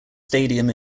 stadium